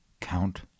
Count